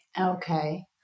Okay